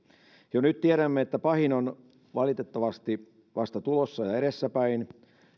jo nyt tiedämme että pahin on valitettavasti vasta tulossa ja edessäpäin